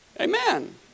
Amen